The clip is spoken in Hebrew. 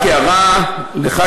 רק הערה לך,